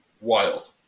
Wild